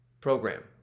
program